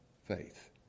faith